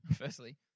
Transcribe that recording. firstly